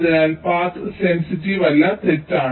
അതിനാൽ പാത സെൻസിറ്റീവ് അല്ല തെറ്റാണ്